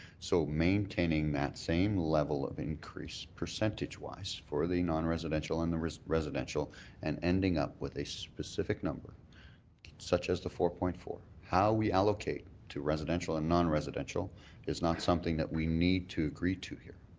so maintaining that same level of increased percentage-wise for the non-residential and the residential and ending up with a specific number such as the four point four, how we allocate to residential and non-residential is not something that we need to agree to here.